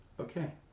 Okay